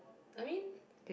I mean